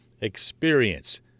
experience